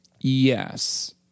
Yes